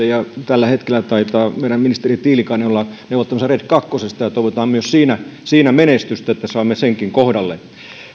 ja tällä hetkellä taitaa meidän ministeri tiilikainen olla neuvottelemassa red kahdesta ja toivotaan myös siinä siinä menestystä että saamme senkin kohdalleen